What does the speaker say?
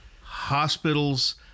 hospitals